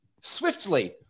swiftly